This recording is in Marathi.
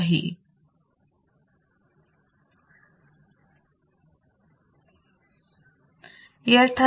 आता ही फ्रिक्वेन्सी आहे या फ्रिक्वेन्सी ला RC phase shift oscillator oscillate करायला सुरुवात करेल